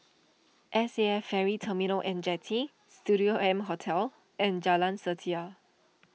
S A F Ferry Terminal and Jetty Studio M Hotel and Jalan Setia